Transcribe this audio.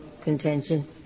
contention